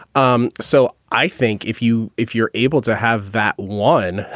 um so i think if you if you're able to have that one,